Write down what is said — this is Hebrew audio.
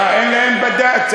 אה, אין להם בד"ץ?